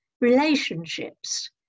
relationships